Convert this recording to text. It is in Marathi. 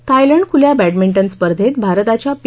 थायलंड खुल्या बॅडमिंटन स्पर्धेत भारताच्या पी